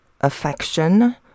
affection